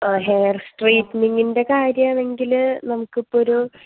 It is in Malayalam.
ആ ഹെയർ സ്ട്രൈറ്റ്നിങ്ങിൻ്റെ കാര്യമാണെങ്കിൽ നമുക്ക് ഇപ്പോൾ ഒരു